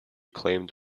claimed